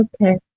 Okay